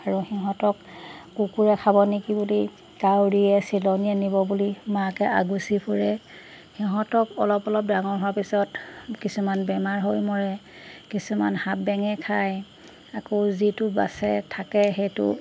আৰু সিহঁতক কুকুৰে খাব নেকি বুলি কাউৰীয়ে চিলনীয়ে নিব বুলি মাকে আগুচি ফুৰে সিহঁতক অলপ অলপ ডাঙৰ হোৱাৰ পিছত কিছুমান বেমাৰ হৈ মৰে কিছুমান সাপ বেঙে খায় আকৌ যিটো বাচে থাকে সেইটো